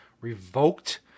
revoked